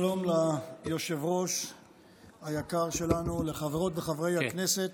שלום ליושב-ראש היקר שלנו, לחברות וחברי הכנסת.